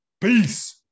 Peace